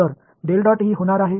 तर होणार आहे